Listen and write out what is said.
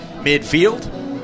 midfield